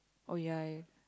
oh ya